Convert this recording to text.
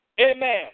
amen